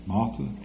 Martha